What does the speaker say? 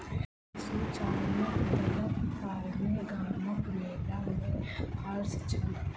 पशुचारणक दलक कारणेँ गामक मेला में हर्ष छल